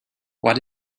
what